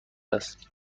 است